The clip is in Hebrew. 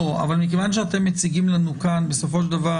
אבל מכיוון שאתם מציגים לנו כאן בסופו של דבר